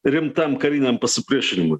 rimtam kariniam pasipriešinimui